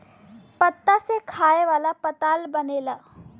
पत्ता से खाए वाला पत्तल बनेला